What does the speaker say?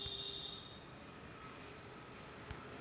मक्याच्या पिकावर कोराजेन चालन का?